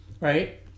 Right